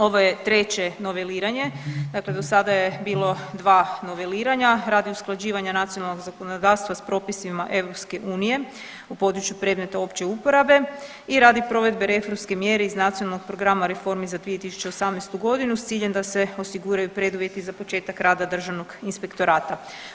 Ovo je treće noveliranje, dakle do sada je bilo dva noveliranja radi usklađivanja nacionalnog zakonodavstva s propisima EU u području predmeta opće uporabe i radi provedbe reformske mjere iz Nacionalnog programa reformi za 2018. godinu s ciljem da se osiguraju preduvjeti za početaka rada Državnog inspektorata.